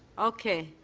okay.